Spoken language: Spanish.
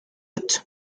ocho